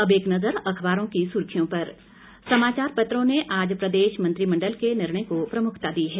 अब एक नजर अखबारों की सुर्खियों पर समाचार पत्रों ने आज प्रदेश मंत्रिमंडल के निर्णय को प्रमुखता दी है